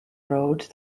road